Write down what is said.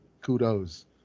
kudos